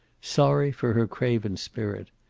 sorry for her craven spirit.